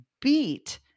beat